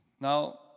Now